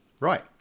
Right